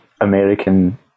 American